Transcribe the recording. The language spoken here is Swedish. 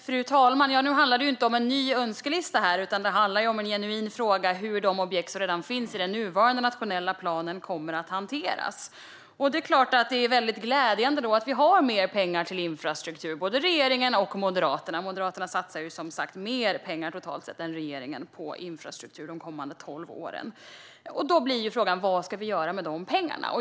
Fru talman! Nu handlar det inte om en ny önskelista, utan det handlar om en genuin fråga om hur de objekt som redan finns i den nuvarande nationella planen kommer att hanteras. Det är klart att det är väldigt glädjande att vi har mer pengar till infrastruktur, både regeringen och Moderaterna. Moderaterna satsar, som sagt, mer pengar totalt sett än regeringen på infrastruktur de kommande tolv åren. Då blir frågan: Vad ska vi göra med de pengarna?